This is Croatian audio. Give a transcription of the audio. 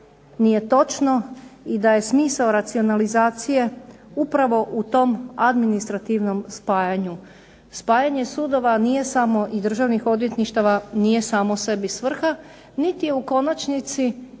nije točno i da je smisao racionalizacije upravo u tom administrativnom spajanju. Spajanje sudova nije samo državnih odvjetništava nije samo sebi svrha niti je u konačnici